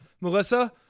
melissa